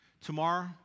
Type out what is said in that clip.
Tomorrow